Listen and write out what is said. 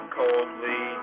coldly